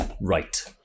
right